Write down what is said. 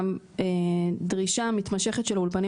שחוץ מהדרישה המתמשכת של האולפנים